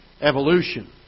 evolution